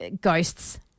Ghosts